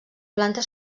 planta